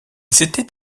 s’était